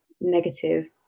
negative